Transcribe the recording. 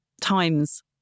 times